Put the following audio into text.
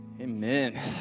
Amen